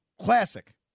classic